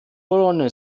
bologna